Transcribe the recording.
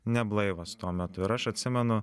neblaivas tuo metu ir aš atsimenu